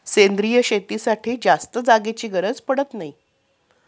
सेंद्रिय शेतीसाठी जास्त जागेची गरज पडत नाही